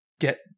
get